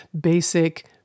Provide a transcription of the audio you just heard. basic